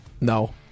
No